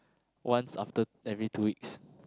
once after every two week